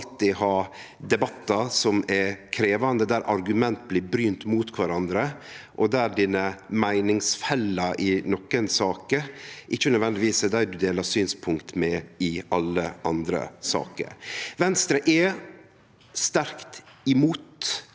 alltid ha debattar som er krevjande, der argument blir brynte mot kvarandre, og der meiningsfellane dine i nokre saker ikkje nødvendigvis er dei ein delar synspunkt med i alle andre saker. Venstre er sterkt imot